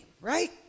right